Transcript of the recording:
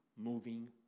moving